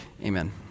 amen